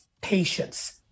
patience